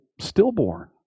stillborn